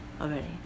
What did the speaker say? already